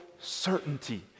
certainty